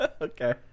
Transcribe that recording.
Okay